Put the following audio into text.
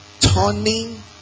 turning